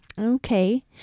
Okay